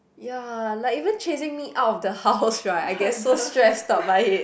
ya like even chasing me out of the house right I get so stressed about it